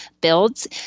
builds